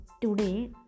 today